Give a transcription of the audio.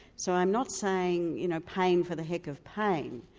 so i'm not saying you know pain for the heck of pain,